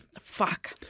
Fuck